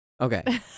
Okay